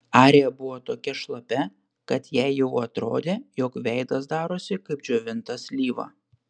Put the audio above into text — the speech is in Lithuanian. arija buvo tokia šlapia kad jai jau atrodė jog veidas darosi kaip džiovinta slyva